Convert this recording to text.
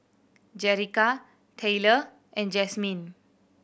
Jerica Tyler and Jasmyne